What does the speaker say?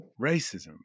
racism